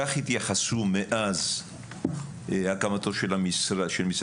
מאז הקמתו של משרד